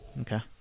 okay